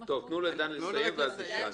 תנו לדן לסיים, ואז נשאל.